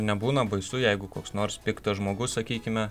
nebūna baisu jeigu koks nors piktas žmogus sakykime